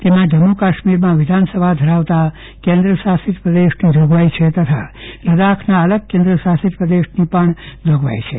તેમાં જમ્મુકાશ્મીરમાં વિધાનસભા ધરાવતા કેન્દ્રશાસિત પ્રદેશની જોગવાઇ છે તથા લદ્દાખના અલગ કેન્દ્રશાસિત પ્રદેશની પણ જોગવાઇ છે